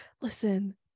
listen